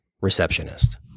receptionist